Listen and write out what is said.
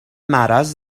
مرض